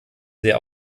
sehr